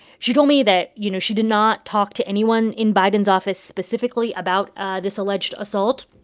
she told me that, you know, she did not talk to anyone in biden's office specifically about ah this alleged assault,